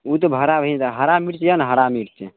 ओ तऽ भड़ा भी तऽ हरा मिर्च यऽ ने हरा मिर्च